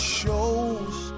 show's